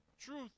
Truth